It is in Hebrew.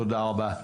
תודה רבה.